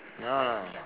ya lah